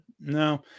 No